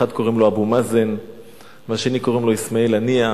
אחד קוראים לו אבו מאזן והשני קוראים לו אסמאעיל הנייה.